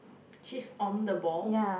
she's on the ball